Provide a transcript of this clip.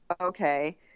okay